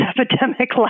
epidemic